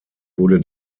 wurde